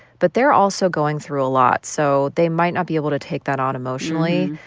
but they're also going through a lot, so they might not be able to take that on emotionally.